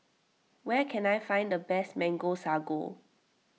where can I find the best Mango Sago